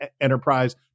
enterprise